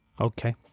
Okay